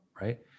right